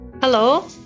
Hello